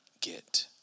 get